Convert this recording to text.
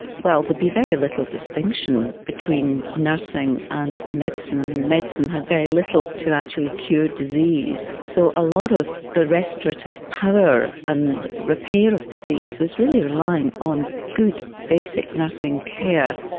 well there'd be very little distinction between nursing and medicine, um and medicine had very little to actually cure disease. so a lot of the restorative power and repair of disease was really relying on good basic nursing care,